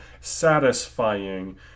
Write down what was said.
satisfying